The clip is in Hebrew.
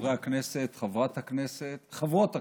חברי הכנסת, חברת הכנסת, חברות הכנסת,